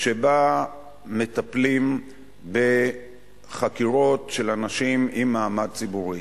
שבה מטפלים בחקירות של אנשים עם מעמד ציבורי.